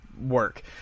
work